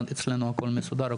אצלנו הכול מסודר,